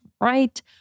right